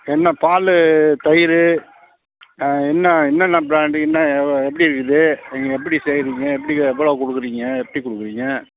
என்ன பால் தயிர் என்ன என்னென்ன ப்ராண்டு என்ன எப்படி இருக்குது நீங்கள் எப்படி செய்கிறீங்க எப்படி எவ்வளோ கொடுக்குறீங்க எப்படி கொடுக்குறீங்க